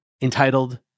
entitled